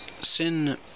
Sin